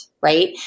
right